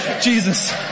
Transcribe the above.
Jesus